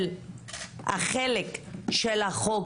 של החלק של החוק